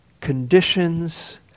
conditions